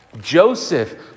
Joseph